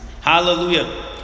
hallelujah